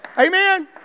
Amen